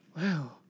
Wow